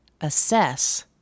assess